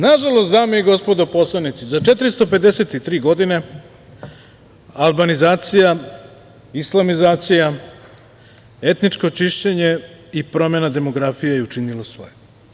Nažalost, dame i gospodo poslanici, za 453 godine albanizacija, islamizacija, etničko čišćenje i promena demografije je učinila svoje.